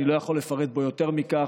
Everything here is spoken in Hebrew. אני לא יכול לפרט בו יותר מכך,